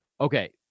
Okay